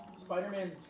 Spider-Man